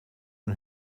een